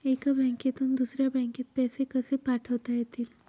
एका बँकेतून दुसऱ्या बँकेत पैसे कसे पाठवता येतील?